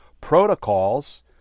protocols